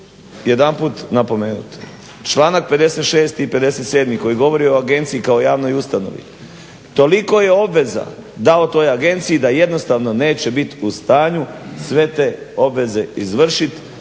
jedanput napomenut, članak 56. i 57. koji govori o agenciji kao javnoj ustanovi, toliko je obveza dato toj agenciji da jednostavno neće bit u stanju sve te obveze izvršit,